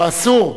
ואסור,